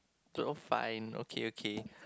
oh fine okay okay